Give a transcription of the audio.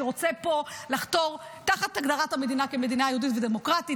שרוצה לחתור פה תחת הגדרת המדינה כמדינה יהודית ודמוקרטית,